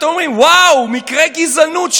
אתם אומרים: ואו, מקרי גזענות.